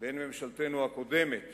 בין ממשלתנו הקודמת